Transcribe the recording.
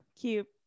Cute